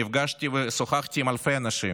נפגשתי ושוחחתי עם אלפי אנשים,